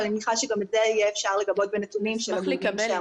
אבל אני מניחה שגם את זה יהיה אפשר לגבות בנתונים --- אשמח לקבל,